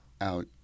out